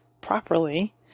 properly